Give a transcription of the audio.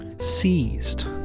Seized